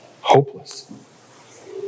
hopeless